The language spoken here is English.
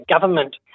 government